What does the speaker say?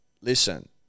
listen